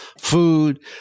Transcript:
food